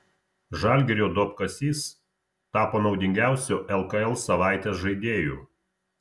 žalgirio duobkasys tapo naudingiausiu lkl savaitės žaidėju